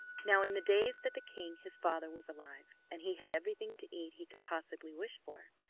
now, in the days that the king, his father, was alive, and he had everything to eat he could possibly wish for,